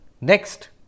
Next